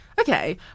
okay